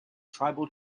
tribal